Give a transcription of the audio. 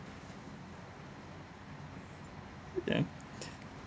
ya